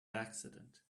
accident